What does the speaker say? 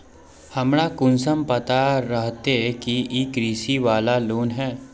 हमरा कुंसम पता रहते की इ कृषि वाला लोन है?